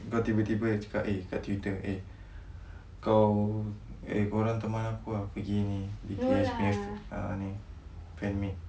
kau tiba-tiba cakap eh kat twitter eh kau eh korang teman aku ah pergi ni B_T_S punya ni fan meet